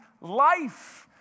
life